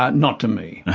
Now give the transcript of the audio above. not not to me,